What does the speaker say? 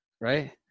right